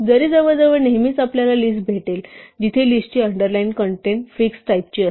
जरी जवळजवळ नेहमीच आपल्याला लिस्ट भेटेल जिथे लिस्टची अंडरलाईन कन्टेन्ट फिक्स्ड टाईपची असते